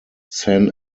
san